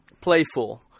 playful